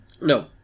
No